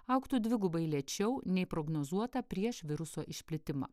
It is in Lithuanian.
augtų dvigubai lėčiau nei prognozuota prieš viruso išplitimą